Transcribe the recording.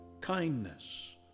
kindness